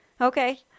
Okay